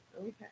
okay